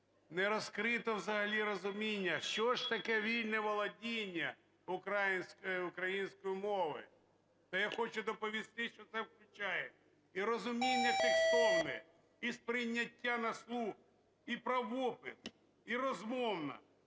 не розкрито взагалі розуміння, що ж таке вільне володіння українською мовою? То я хочу доповісти, що це включає і розуміннятекстовне, і сприйняття на слух, і правопис, і розмовна,